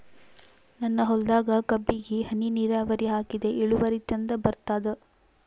ನನ್ನ ಹೊಲದಾಗ ಕಬ್ಬಿಗಿ ಹನಿ ನಿರಾವರಿಹಾಕಿದೆ ಇಳುವರಿ ಚಂದ ಬರತ್ತಾದ?